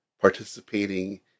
participating